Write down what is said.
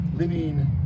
living